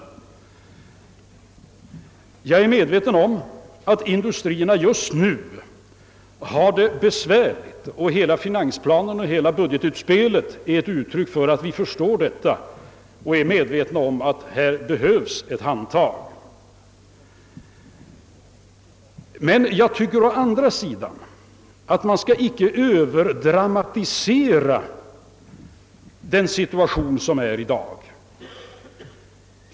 Jag är medveten om att industrierna just nu har det besvärligt. Hela finansplanen och budgetutspelet är ett uttryck för att vi förstår detta och är medvetna om att här behövs ett handtag. Men jag tycker också att man inte skall överdramatisera den situation som råder i dag.